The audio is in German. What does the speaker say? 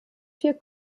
vier